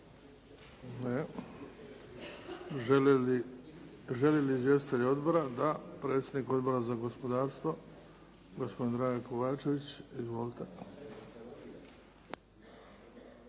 Ne. Želi li izvjestitelj odbora? Da. Predsjednik Odbora za gospodarstvo, gospodin Dragan Kovačević. Izvolite.